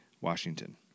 Washington